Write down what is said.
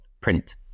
print